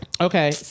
Okay